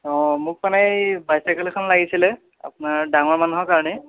অঁ মোক মানে এই বাইচাইকেল এখন লাগিছিলে আপোনাৰ ডাঙৰ মানুহৰ কাৰণে